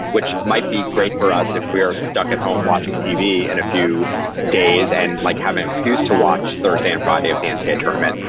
which might be great for us if we are stuck at home watching tv in a few days and like having excuse to watch thursday and friday of the ncaa and yeah tournament.